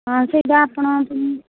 ହଁ ସେଇଟା ଆପଣ